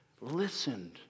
listened